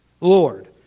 Lord